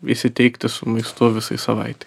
įsiteikti su maistu visai savaitei